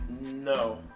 no